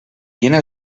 quina